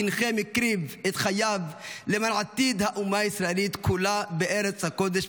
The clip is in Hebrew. בנכם הקריב את חייו למען עתיד האומה הישראלית כולה בארץ הקודש,